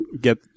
get